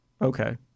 Okay